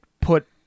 put